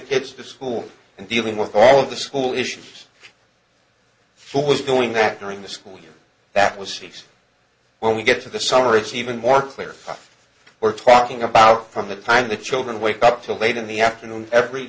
kids to school and dealing with all the school issues for was doing that during the school year that will cease when we get to the summer it's even more clear we're talking about from the time the children wake up till late in the afternoon every